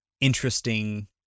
interesting